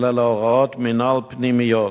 אלא להוראות מינהל פנימיות,